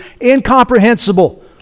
incomprehensible